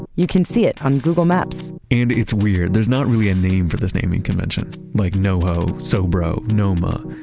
you can see it on google maps and, it's weird. there's not really a name for this naming convention like noho, sobro, noma.